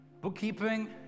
bookkeeping